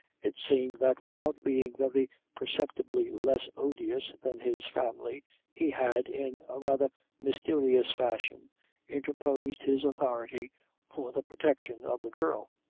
it seems that without being very perceptibly less odious than his family he had in a rather mysterious fashion interposed his authority for the protection of the girl.